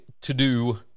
to-do